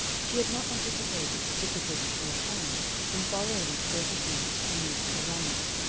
she had not anticipated the difficulty she would find in borrowing the forty pounds she needed for ramage.